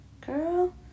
girl